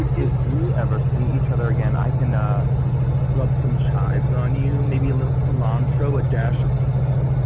ah if we ever see each other again, i can ah rub some chives on you. maybe a little cilantro, a dash of salt?